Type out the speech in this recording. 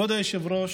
כבוד היושב-ראש,